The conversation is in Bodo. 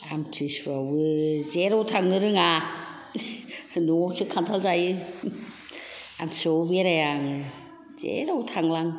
आमथि सुवायावबो जेरावबो थांनो रोङा न'यावसो खान्थाल जायो आमथि सुयायावबो बेराया आङो जेरावबो थांलां